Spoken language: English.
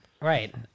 right